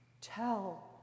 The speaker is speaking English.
Tell